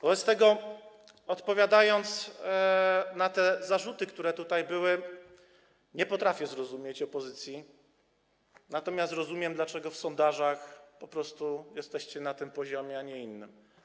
Wobec tego, odpowiadając na te zarzuty, które tutaj padały: Nie potrafię zrozumieć opozycji, natomiast rozumiem, dlaczego w sondażach po prostu jesteście na poziomie tym, a nie innym.